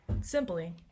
simply